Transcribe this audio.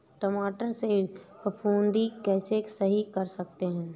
टमाटर से फफूंदी कैसे सही कर सकते हैं?